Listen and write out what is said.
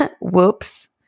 whoops